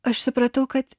aš supratau kad